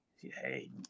hey